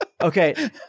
Okay